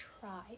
try